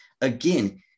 Again